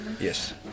Yes